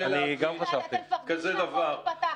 --- החוק ייפתח.